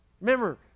Remember